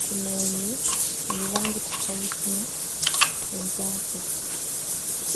kuna yenye ni rangi tofauti na. Wenzake.